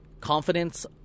confidence